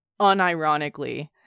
unironically